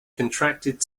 contracted